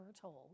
told